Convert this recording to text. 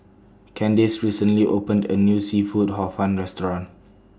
Candace recently opened A New Seafood Hor Fun Restaurant